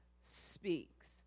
speaks